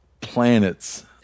planets